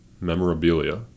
memorabilia